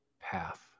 path